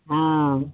हँ